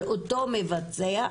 על אותו מבצע,